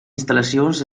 instal·lacions